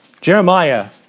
Jeremiah